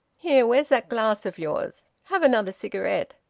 here where's that glass of yours? have another cigarette.